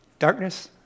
Darkness